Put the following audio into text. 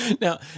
Now